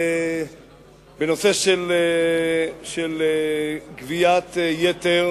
בנושא גביית יתר